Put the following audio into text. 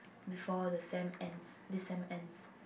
before the sem ends this sem ends